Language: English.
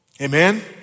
Amen